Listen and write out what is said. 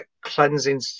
cleansing